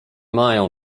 mają